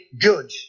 good